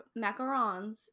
macarons